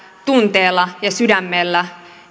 tunteella ja sydämellä